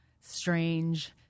strange